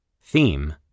Theme